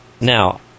Now